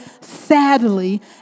sadly